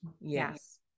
Yes